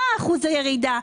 מה אחוז הירידה,